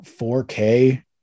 4k